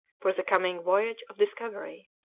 for the coming voyage of discovery.